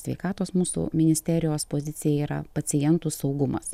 sveikatos mūsų ministerijos pozicija yra pacientų saugumas